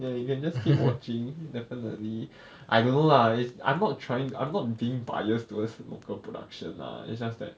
ya you can just keep watching definitely I don't know lah it's I am not trying I am not being bias towards local production lah it's just that